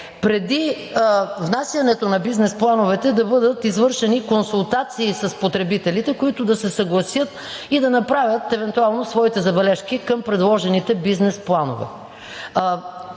преди внасянето на бизнес плановете да бъдат извършени консултации с потребителите, които да се съгласят и да направят евентуално своите забележки към предложените бизнес планове.